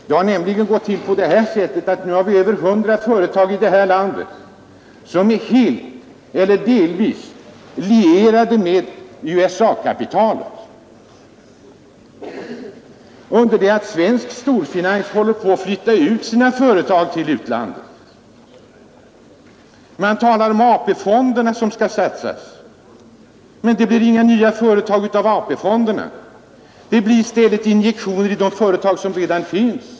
Numera råder det förhållandet att vi här i landet har över hundra företag som är helt eller delvis lierade med USA-kapitalet under det att svensk storfinans håller på att flytta ut sina företag till utlandet. Man talar om AP-fonderna som skall satsas. Men det blir inga nya företag av AP-fonderna. Det blir i stället injektioner i de företag som redan finns.